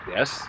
Yes